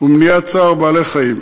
ומניעת צער בעלי-חיים.